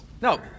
no